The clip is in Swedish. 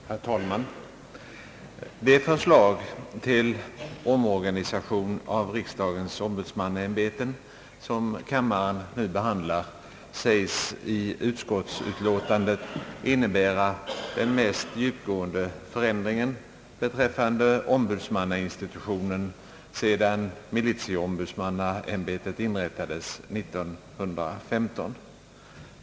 Herr talman! Det förslag till omorganisation av riksdagens ombudsmannaämbeten som kammaren nu behandlar säges i utskottsbetänkandet innebära den mest djupgående förändringen beträffande ombudsmannainstitutionen sedan militieombudsmannaämbetet inrättades 1915.